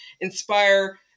inspire